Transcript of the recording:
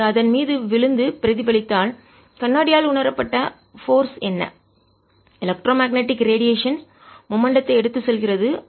அது அதன் மீது விழுந்து பிரதிபலித்தால் கண்ணாடியால் உணரப்பட்ட போர்ஸ் சக்தி என்ன எலக்ட்ரோ மேக்னெட்டிக் ரேடியேஷன் மின்காந்த கதிர்வீச்சு மொமெண்ட்டத்தை எடுத்து சுமக்கும் செல்கிறது